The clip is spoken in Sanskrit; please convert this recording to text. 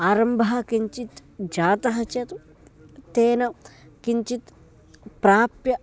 आरम्भः किञ्चित् जातः चेत् तेन किञ्चित् प्राप्य